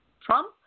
Trump